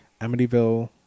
Amityville